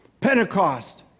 Pentecost